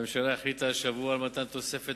הממשלה החליטה השבוע על מתן תוספת